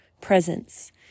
presence